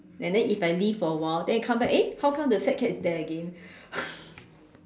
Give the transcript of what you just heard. and then if I leave for a while then it come back eh how come the fat cat is there again